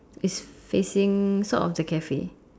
it's facing sort of the Cafe